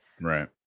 Right